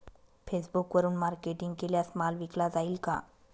फेसबुकवरुन मार्केटिंग केल्यास माल विकला जाईल का?